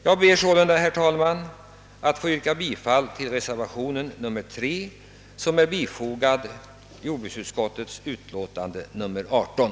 Jag yrkar alltså, herr talman, bifall till reservationen 3 i jordbruksutskottets utlåtande nr 18.